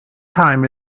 time